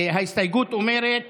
ההסתייגות אומרת